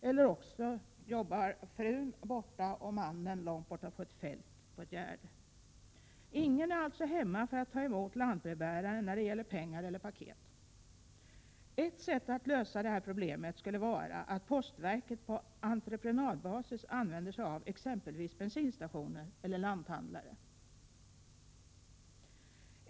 Eller också jobbar frun borta, medan mannen arbetar långt borta på en åker. Ingen är alltså hemma för att ta emot lantbrevbäraren när denne kommer med pengar eller paket. Ett sätt att lösa detta problem skulle vara att postverket på entreprenadbasis använder sig av exempelvis bensinstationer eller lanthandlare.